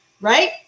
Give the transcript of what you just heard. right